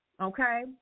okay